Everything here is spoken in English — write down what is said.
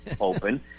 open